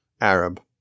Arab